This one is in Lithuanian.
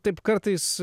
taip kartais